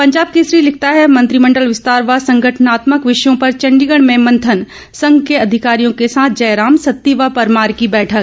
पंजाब केसरी लिखता है मंत्रिमंडल विस्तार व संगठनात्मक विषयों पर चंडीगढ में मंथन संघ के अधिकारियों के साथ जयराम सत्ती व परमार की बैठक